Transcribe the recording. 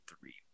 three